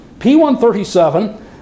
P-137